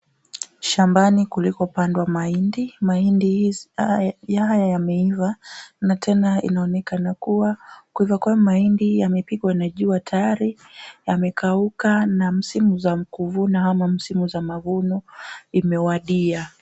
Shambani kulikopandwa mahindi. Mahindi haya yameiva na tena inaonekana kuiva kwa hayo mahindi yamepigwa na jua. Tayari yamekauka na msimu za kuvuna ama msimu za mavuno imewadia.